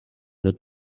not